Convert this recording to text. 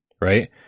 Right